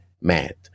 mad